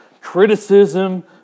criticism